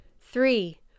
Three